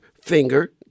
finger